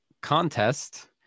contest